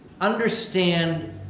understand